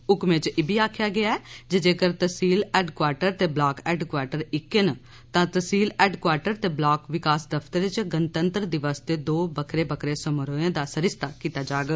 हुक्मै च इब्बी आखेआ गेआ ऐ जेगर तैह्सील हैडक्वार्टर ते ब्लाक हैडक्वार्टर इक्कै न तां तैह्सील हैडक्वार्टर ते ब्लाक विकास दफ्तरें च गणतंत्र दिवस दे दौं बक्खरे बक्खरे समारोहें दा सरिस्ता कीता जाग